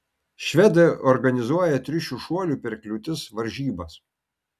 švedai organizuoja triušių šuolių per kliūtis varžybas